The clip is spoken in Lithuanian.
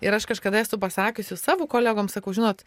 ir aš kažkada esu pasakiusi savo kolegoms sakau žinot